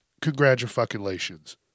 Congratulations